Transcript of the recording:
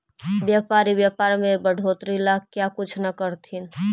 व्यापारी व्यापार में बढ़ोतरी ला क्या कुछ न करथिन